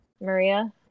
Maria